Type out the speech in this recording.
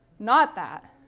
not that.